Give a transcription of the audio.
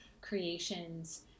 creations